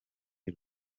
iri